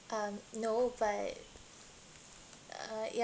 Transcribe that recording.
um no but uh ya